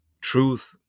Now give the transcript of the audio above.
truth